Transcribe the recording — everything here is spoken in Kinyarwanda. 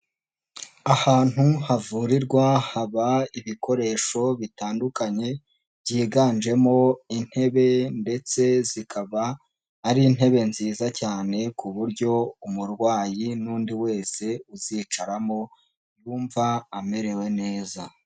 Ahantu havurirwa haba ibikoresho bitandukanye byiganjemo intebe ndetse zikaba ari intebe nziza cyane ku buryo umurwayi n'undi wese uzicaramo yumva amerewe neza.